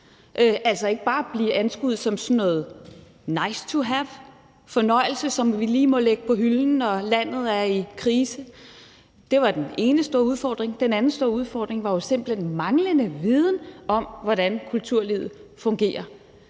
altså ikke bare at blive anskuet som sådan noget nice to have-fornøjelse, som vi lige må lægge på hylden, når landet er i krise. Det var den ene store udfordring. Den anden store udfordring var jo simpelt hen manglende viden om, hvordan kulturlivet fungerer.